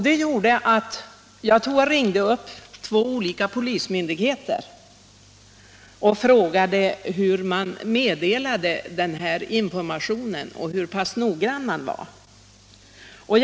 Jag ringde sedan upp två olika polismyndigheter och frågade dem på vilket sätt de meddelade information om dessa förhållanden och hur pass noggrant de utförde denna uppgift.